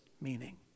meaning